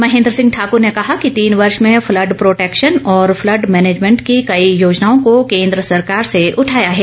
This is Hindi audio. महेंद्र सिंह ठाकुर ने कहा कि तीन वर्ष में फ्लड प्रोटेक्शन और फ्लड मैनेजमेंट की कई योजनाओं को केंद्र सरकार से उठाया है